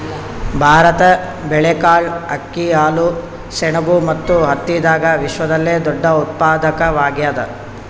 ಭಾರತ ಬೇಳೆಕಾಳ್, ಅಕ್ಕಿ, ಹಾಲು, ಸೆಣಬು ಮತ್ತು ಹತ್ತಿದಾಗ ವಿಶ್ವದಲ್ಲೆ ದೊಡ್ಡ ಉತ್ಪಾದಕವಾಗ್ಯಾದ